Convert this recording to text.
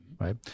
right